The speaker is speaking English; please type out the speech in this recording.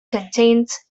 contains